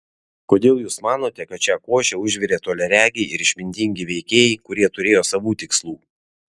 kodėl jūs manote kad šią košę užvirė toliaregiai ir išmintingi veikėjai kurie turėjo savų tikslų